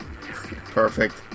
Perfect